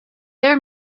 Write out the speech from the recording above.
their